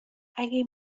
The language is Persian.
اگه